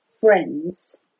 friends